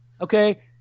Okay